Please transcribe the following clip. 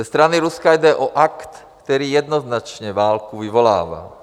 Ze strany Ruska jde o akt, který jednoznačně válku vyvolává.